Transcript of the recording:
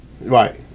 Right